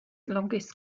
longest